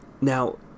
Now